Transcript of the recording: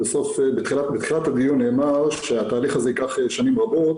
בתחילת הדיון נאמר שהתהליך הזה ייקח שנים רבות.